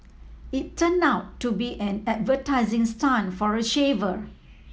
it turned out to be an advertising stunt for a shaver